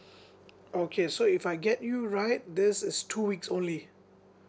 okay so if I get you right this is two weeks only